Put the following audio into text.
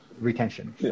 retention